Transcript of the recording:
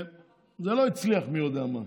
זה לא הצליח מי יודע מה,